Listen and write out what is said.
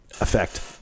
effect